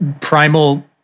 primal